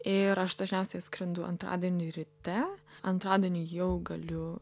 ir aš dažniausiai atskrendu antradienį ryte antradienį jau galiu